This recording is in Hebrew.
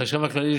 החשב הכללי,